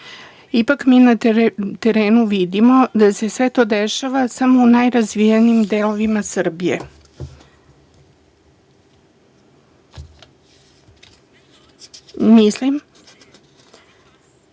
Ipak mi na terenu vidimo da se sve to dešava samo u najrazvijenijim delovima Srbije. Mislim